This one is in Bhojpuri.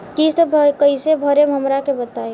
किस्त कइसे भरेम हमरा के बताई?